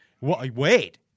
Wait